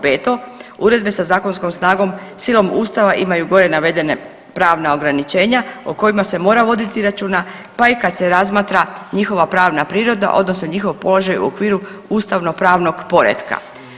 Petom, uredbe sa zakonskom snagom silom Ustava imaju gore navedene pravna ograničenja o kojima se mora voditi računa pa i kad se razmatra njihova pravna priroda odnosno njihov položaj u okviru ustavnopravnog poretka.